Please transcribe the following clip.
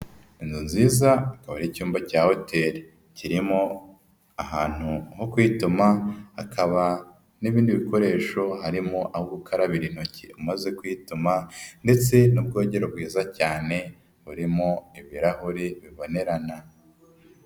Inzu nziza akaba ari icyumba cya hoteli kirimo ahantu ho kwituma hakaba n'ibindi bikoresho harimo aho gukarabira intoki umaze kwituma ndetse n'ubwogero bwiza cyane burimo ibirahure bibonerana.